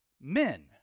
men